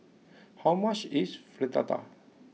how much is Fritada